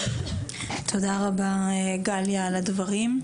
תודה רבה גליה על הדברים.